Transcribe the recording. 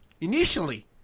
Initially